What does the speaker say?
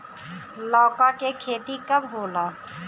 लौका के खेती कब होला?